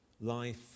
life